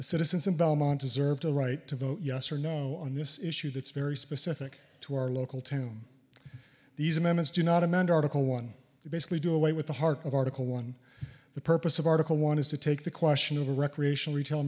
the citizens in belmont deserve the right to vote yes or no on this issue that's very specific to our local town these amendments do not amend article one to basically do away with the heart of article one the purpose of article one is to take the question of the recreational retail